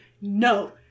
no